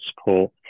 support